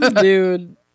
Dude